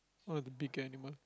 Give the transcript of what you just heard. one of the big animal